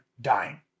dying